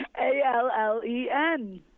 A-L-L-E-N